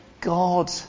God